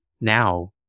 now